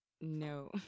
no